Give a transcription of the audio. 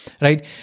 Right